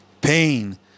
pain